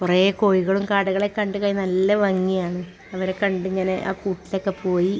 കുറെ കോഴികളും കാടകളെ കണ്ട് കഴി നല്ല ഭംഗിയാണ് അവരെ കണ്ടിങ്ങനെ ആ കൂട്ടിലൊക്കെ പോയി